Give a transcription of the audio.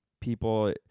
people